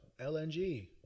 LNG